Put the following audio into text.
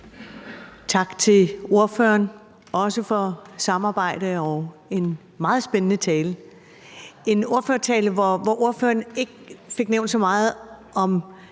Tak til ordføreren, også for samarbejde og en meget spændende tale. Det var en ordførertale, hvor ordføreren ikke fik nævnt så meget om